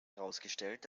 herausgestellt